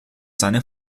seinen